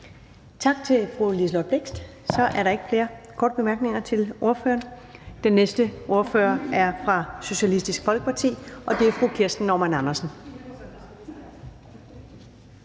Tak til fru Liselott Blixt. Så er der ikke flere korte bemærkninger til ordføreren. Den næste ordfører er fra Socialistisk Folkeparti, og det er fru Kirsten Normann Andersen.